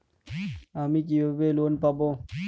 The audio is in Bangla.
আমি কিভাবে লোন পাব?